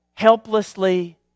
helplessly